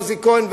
עוזי כהן,